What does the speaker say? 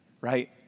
right